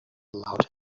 allowed